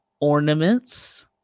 ornaments